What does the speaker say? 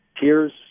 Tears